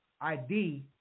ID